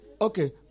Okay